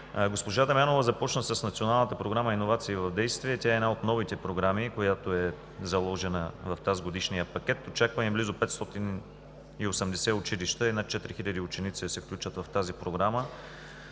Госпожа Дамянова започна с Националната програма „Иновации в действие“. Тя е една от новите програми, която е заложена в тазгодишния пакет. Очакваме близо 580 училища и над 4000 ученици да се включат в тази програма.